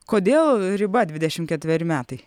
kodėl riba dvidešim ketveri metai